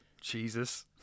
Jesus